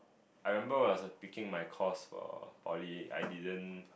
I remember when I was picking my course for poly I didn't